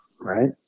right